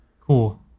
Cool